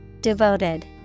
Devoted